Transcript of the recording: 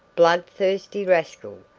blood-thirsty rascal!